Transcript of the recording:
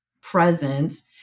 presence